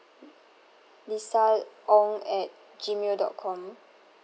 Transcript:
lisa ong at gmail dot com